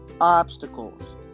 obstacles